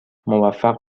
موفق